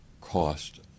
cost